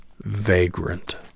vagrant